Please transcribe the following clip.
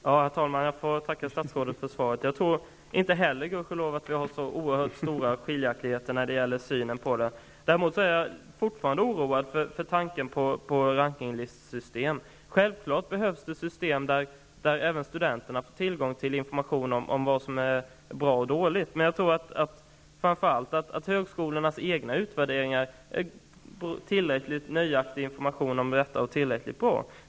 Herr talman! Jag får tacka statsrådet för svaret. Jag tror inte heller, gudskelov, att det råder så oerhört stora skiljaktigheter oss emellan när det gäller synen på detta. Däremot är jag fortfarande oroad inför tanken på rankinglistsystem. Självfallet behövs det system där även studenterna får tillgång till information om vad som är bra och dåligt. Men jag tror att högskolornas egna utvärderingar ger tillräckligt nöjaktig information om detta och är tillräckligt bra.